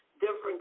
different